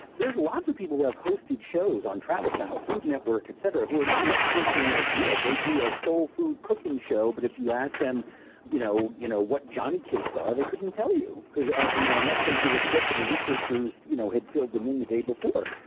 there are lots of people who have hosted shows on travel channel, food network, etc, who are not experts in their field. they do a soul-food cooking show, but if you ask them you know you know what johnnycakes are, they couldn't tell you, ah you know unless they did script and the researchers you know had filled them in the day before.